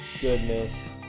goodness